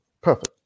Perfect